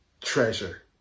treasure